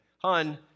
Hun